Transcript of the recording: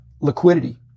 liquidity